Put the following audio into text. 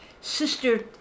Sister